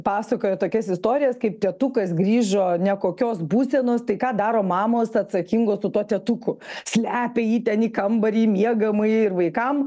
pasakojo tokias istorijas kaip tėtukas grįžo nekokios būsenos tai ką daro mamos atsakingos su tuo tėtuku slepia jį ten į kambarį į miegamąjį ir vaikam